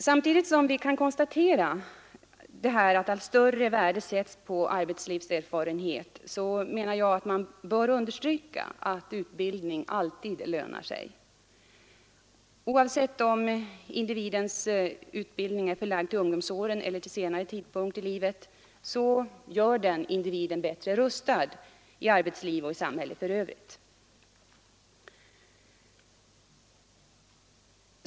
Samtidigt som vi kan konstatera detta att allt större värde sätts på arbetslivserfarenhet menar jag att man bör understryka att utbildning alltid lönar sig. Oavsett om individens utbildning är förlagd till ungdomsåren eller till senare tidpunkt i livet gör den individen bättre rustad i arbetslivet och i samhället i övrigt.